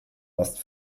last